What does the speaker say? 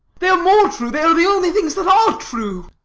they are more true they are the only things that are true.